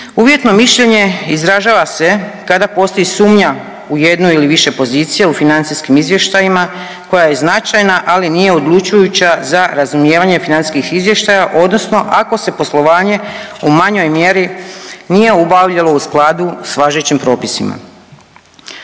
Uvjetno mišljenje izražava se kada postoji sumnja u jedno ili više pozicija u financijskim izvještajima koja je značajna, ali nije odlučujuća za razumijevanje financijskih izvještaja odnosno ako se poslovanje u manjoj mjeri nije obavljalo u skladu s važećim propisima.